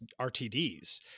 RTDs